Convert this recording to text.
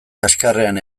kaxkarrean